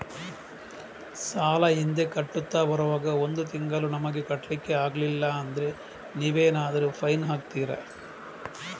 ಸಾಲ ಹಿಂದೆ ಕಟ್ಟುತ್ತಾ ಬರುವಾಗ ಒಂದು ತಿಂಗಳು ನಮಗೆ ಕಟ್ಲಿಕ್ಕೆ ಅಗ್ಲಿಲ್ಲಾದ್ರೆ ನೀವೇನಾದರೂ ಫೈನ್ ಹಾಕ್ತೀರಾ?